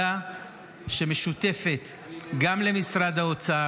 יש לנו ועדה שמשותפת גם למשרד האוצר,